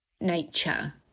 nature